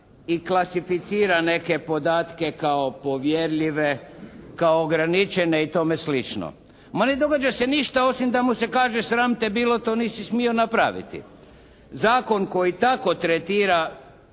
i klasificira neke podatke kao povjerljive, kao ograničene i tome sl.? Ma ne događa se ništa, osim da mu se kaže sram te bilo, to nisi smio napraviti. Zakon koji tako tretira